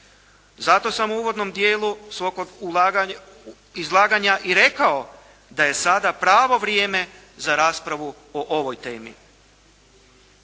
Zato sam u uvodnom dijelu svog izlaganja i rekao da je sada pravo vrijeme za raspravu o ovoj temi.